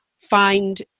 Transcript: find